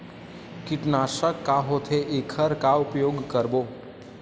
कीटनाशक का होथे एखर का उपयोग करबो?